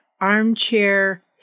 Armchair